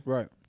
Right